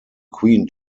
queen